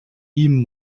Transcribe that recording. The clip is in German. ihm